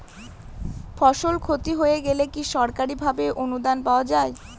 ফসল ক্ষতি হয়ে গেলে কি সরকারি ভাবে অনুদান পাওয়া য়ায়?